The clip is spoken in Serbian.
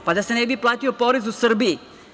Pa, da se ne bi platio porez u Srbiji.